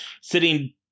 sitting